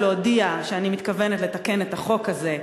להודיע שאני מתכוונת לתקן את החוק הזה.